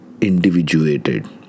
individuated